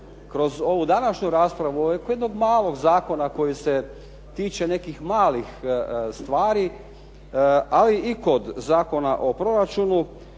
kroz ovu današnju raspravu oko jednog malog zakona koji se tiče nekih malih stvari, ali i kod Zakona o proračunu,